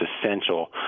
essential